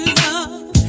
love